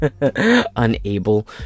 unable